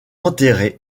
enterré